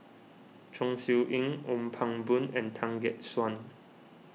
Chong Siew Ying Ong Pang Boon and Tan Gek Suan